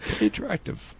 attractive